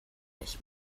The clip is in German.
ich